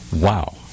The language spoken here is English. Wow